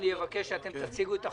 ואני אבקש שאתם תציגו את החוק,